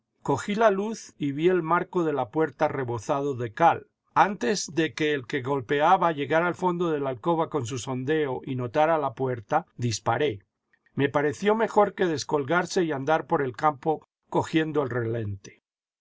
cogí la luz y vi el marco de la puerta rebozado de cal antes de que el que golpeaba llegara al fondo de la alcoba con su sondeo y notara la puerta disparé me pareció mejor que descolgarse y andar por el campo cogiendo el relente